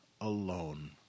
alone